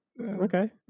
Okay